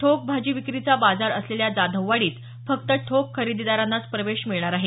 ठोक भाजी विक्रीचा बाजार असलेल्या जाधववाडीत फक्त ठोक खरेदीदारांनाच प्रवेश मिळणार आहे